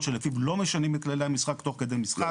שלפיו לא משנים את כללי המשחק תוך כדי משחק.